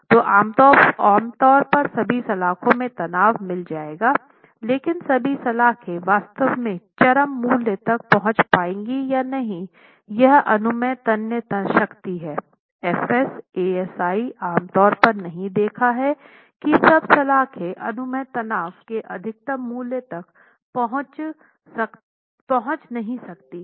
तो आम तौर पर सभी सलाख़ों में तनाव मिल जाएगा लेकिन सभी सलाख़े वास्तव में चरम मूल्य तक पहुंच पाएंगी या नहीं यह अनुमेय तन्य शक्ति हैं fs Asi आम तौर पर नहीं देखा हैं की सब सलाखे अनुमेय तनाव के अधिकतम मूल्य तक स्वयं पहुंच नहीं सकती हैं